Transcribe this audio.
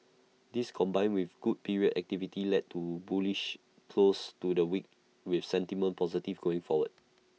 this combined with good period activity led to A bullish close to the week with sentiment positive going forward